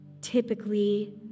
typically